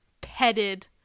petted